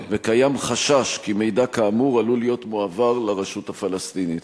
וקיים חשש שמידע כאמור עלול להיות מועבר לרשות הפלסטינית.